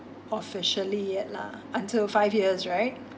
officially yet lah until five years right